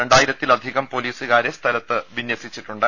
രണ്ടാ യിരത്തിലധികം പൊലീസുകാരെ സ്ഥലത്ത് വിന്യസിച്ചിട്ടുണ്ട്